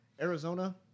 Arizona